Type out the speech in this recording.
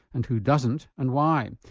and who doesn't and why.